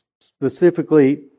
specifically